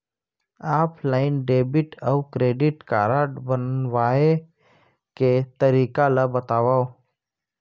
Offline debit अऊ credit card बनवाए के तरीका ल बतावव?